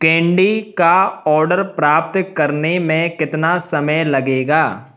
candy का order प्राप्त करने में कितना समय लगेगा